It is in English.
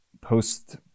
post